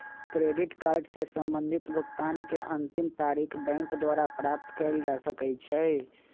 credit card से संबंधित भुगतान के अंतिम तारिख बैंक द्वारा प्राप्त कयल जा सकइ छइ